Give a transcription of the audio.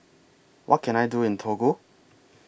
What Can I Do in Togo